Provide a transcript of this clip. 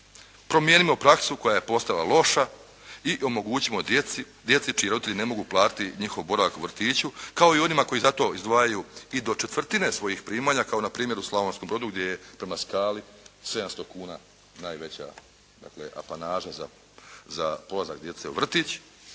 Promijenimo praksu koja je postala loša i omogućimo djeci čiji roditelji ne mogu platiti njihov boravak u vrtiću, kao i onima koji za to izdvajaju i do četvrtine svojih primanja, kao npr. u Slavonskom Brodu, gdje je prema skali 700 kuna najveća, dakle, apanaža za polazak djece u vrtić,